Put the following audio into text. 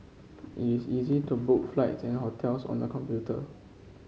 it is easy to book flights and hotels on the computer